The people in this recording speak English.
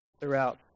throughout